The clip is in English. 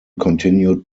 continued